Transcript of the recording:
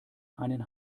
einen